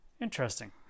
interesting